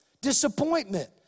disappointment